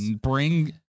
bring